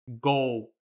go